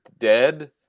dead